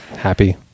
Happy